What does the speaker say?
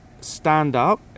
stand-up